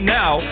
now